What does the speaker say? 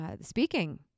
speaking